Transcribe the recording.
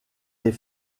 les